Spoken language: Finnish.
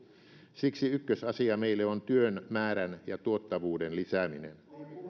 siksi ykkösasia meille on työn määrän ja tuottavuuden lisääminen